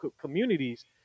communities